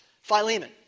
Philemon